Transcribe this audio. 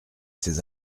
ces